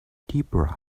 debra